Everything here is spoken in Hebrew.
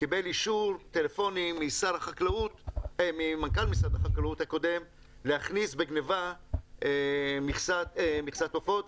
קיבל אישור טלפוני ממנכ"ל משרד החקלאות הקודם להכניס בגניבה מכסת עופות,